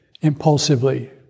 impulsively